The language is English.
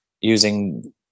using